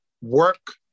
work